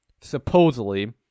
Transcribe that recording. supposedly